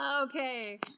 Okay